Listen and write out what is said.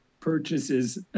purchases